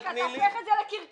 אתה הופך את זה לקרקס.